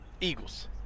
Eagles